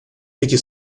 эти